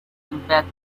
impact